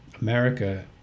America